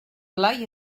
blai